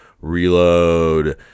Reload